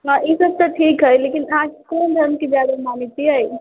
हँ ईसभ तऽ ठीक हइ लेकिन अहाँ कोन धर्मके ज्यादे मानैत छियै